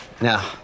Now